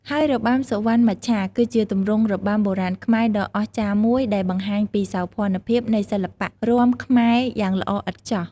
ហើយរបាំសុវណ្ណមច្ឆា គឺជាទម្រង់របាំបុរាណខ្មែរដ៏អស្ចារ្យមួយដែលបង្ហាញពីសោភ័ណភាពនៃសិល្បៈរាំខ្មែរយ៉ាងល្អឥតខ្ចោះ។